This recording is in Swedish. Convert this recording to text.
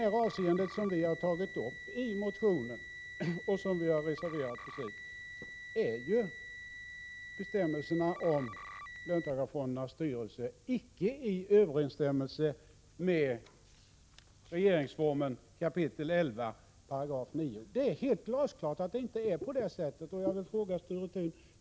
I det avseende som vi har tagit upp i motionen och som vi har reserverat oss för står ju bestämmelserna om löntagarfondernas styrelser icke i överensstämmelse med regeringsformens 11 kap. 9 §&— det är helt glasklart.